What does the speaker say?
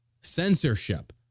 Censorship